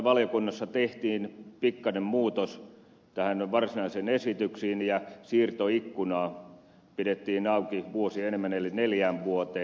valiokunnassa tehtiin pikkanen muutos varsinaiseen esitykseen ja siirtoikkunaa pidettiin auki vuosi enemmän eli neljään vuoteen